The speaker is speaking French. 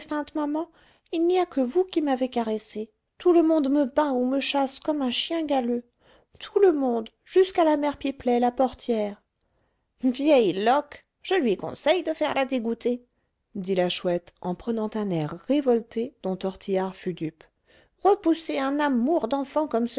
maman il n'y a que vous qui m'avez caressé tout le monde me bat ou me chasse comme un chien galeux tout le monde jusqu'à la mère pipelet la portière vieille loque je lui conseille de faire la dégoûtée dit la chouette en prenant un air révolté dont tortillard fut dupe repousser un amour d'enfant comme